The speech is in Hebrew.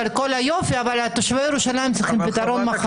אבל תושבי ירושלים צריכים מחר פתרון.